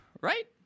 right